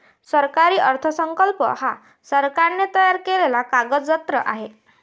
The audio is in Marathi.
सरकारी अर्थसंकल्प हा सरकारने तयार केलेला कागदजत्र आहे